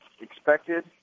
expected